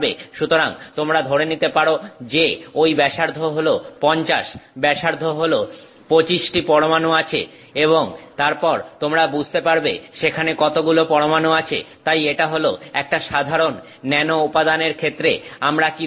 সুতরাং তোমরা ধরে নিতে পারো যে ওই ব্যাসার্ধ হল 50 ব্যাসার্ধ হল 25 টি পরমাণু আছে এবং তারপর তোমরা বুঝতে পারবে সেখানে কতগুলো পরমাণু আছে তাই এটা হল একটা সাধারন ন্যানো উপাদানের ক্ষেত্রে আমরা কি ধরবো